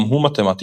גם הוא מתמטיקאי,